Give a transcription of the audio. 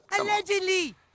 Allegedly